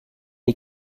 est